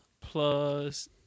plus